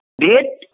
date